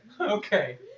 Okay